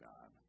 God